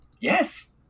Yes